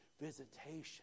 visitation